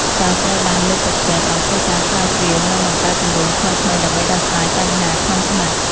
សិស្សត្រូវបានលើកទឹកចិត្តឱ្យធ្វើការស្រាវជ្រាវនិងបង្កើតគម្រោងថ្មីៗដើម្បីដោះស្រាយបញ្ហាក្នុងថ្នាក់។